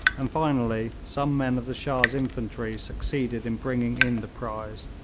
and finally some men of the shah's infantry succeeded in bringing in the prize.